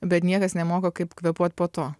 bet niekas nemoko kaip kvėpuot po to